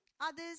Others